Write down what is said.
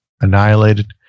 annihilated